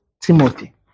Timothy